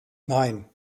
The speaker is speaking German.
nein